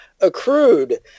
accrued